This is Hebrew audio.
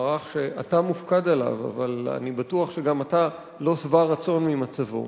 מערך שאתה מופקד עליו אבל אני בטוח שגם אתה לא שבע רצון ממצבו,